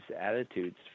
attitudes